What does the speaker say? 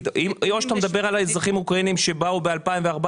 או אתה מדבר על האזרחים האוקראינים שבאו ב-2014